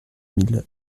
mille